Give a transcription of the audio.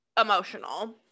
emotional